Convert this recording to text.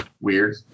Weird